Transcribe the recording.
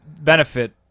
benefit